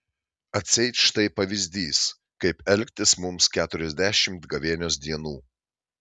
atseit štai pavyzdys kaip elgtis mums keturiasdešimt gavėnios dienų